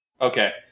Okay